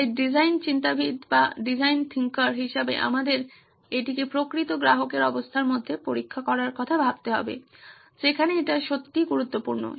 তাই ডিজাইন চিন্তাবিদ হিসাবে আমাদের এটিকে প্রকৃত গ্রাহকের অবস্থার মধ্যে পরীক্ষা করার কথা ভাবতে হবে যেখানে এটি সত্যিই গুরুত্বপূর্ণ